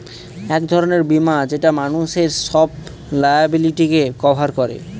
এক ধরনের বীমা যেটা মানুষের সব লায়াবিলিটিকে কভার করে